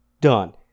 Done